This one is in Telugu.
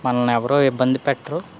మనల్ని ఎవరు ఇబ్బంది పెట్టరు